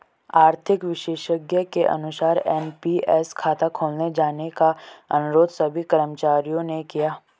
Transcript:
आर्थिक विशेषज्ञ के अनुसार एन.पी.एस खाता खोले जाने का अनुरोध सभी कर्मचारियों ने किया